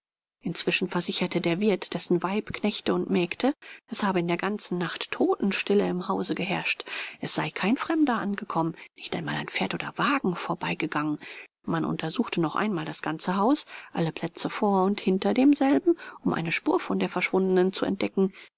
inzwischen versicherte der wirt dessen weib knechte und mägde es habe in der ganzen nacht totenstille im hause geherrscht es sei kein fremder angekommen nicht einmal ein pferd oder wagen vorbeigegangen man durchsuchte noch einmal das ganze haus alle plätze vor und hinter demselben um eine spur von der verschwundenen zu entdecken